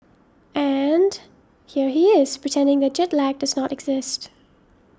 and here he is pretending that jet lag does not exist